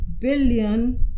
billion